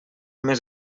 més